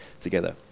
together